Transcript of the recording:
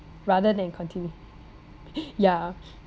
rather than continue yeah